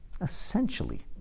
essentially